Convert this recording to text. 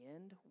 end